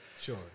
Sure